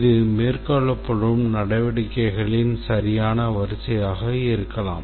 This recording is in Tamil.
இது மேற்கொள்ளப்படும் நடவடிக்கைகளின் சரியான வரிசையாக இருக்கலாம்